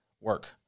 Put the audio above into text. work